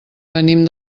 venim